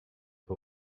per